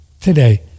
today